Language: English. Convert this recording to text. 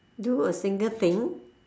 do a single thing